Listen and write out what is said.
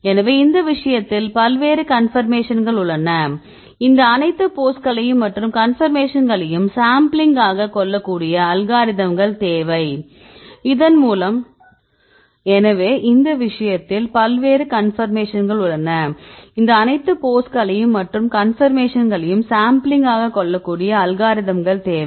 எனவே இந்த விஷயத்தில் பல்வேறு கன்பர்மேஷன்கள் உள்ளன இந்த அனைத்து போஸ்களையும் மற்றும் கன்பர்மேஷன்களையும் சாம்பிளிங்காக கொள்ளக்கூடிய அல்காரிதம்கள் தேவை